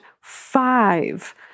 five